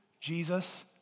Jesus